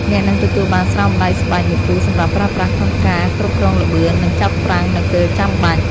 អ្នកនឹងទទួលបានស្រោមដៃស្បែកមួយគូសម្រាប់ប្រើប្រាស់ក្នុងការគ្រប់គ្រងល្បឿន និងចាប់ហ្វ្រាំងនៅពេលចាំបាច់។